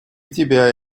тебя